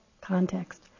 context